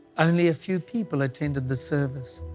only a few people attended the service.